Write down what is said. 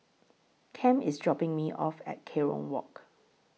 Cam IS dropping Me off At Kerong Walk